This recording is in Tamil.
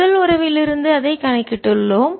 முதல் உறவிலிருந்து அதைக் கணக்கிட்டுள்ளோம்